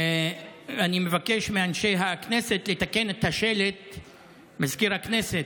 אני מבקש מאנשי הכנסת, מזכיר הכנסת,